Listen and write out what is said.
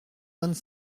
vingt